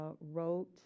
wrote